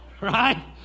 right